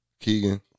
Keegan